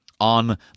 on